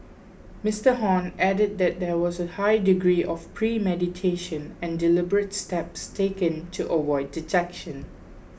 Mister Hon added that there was a high degree of premeditation and deliberate steps taken to avoid detection